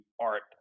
art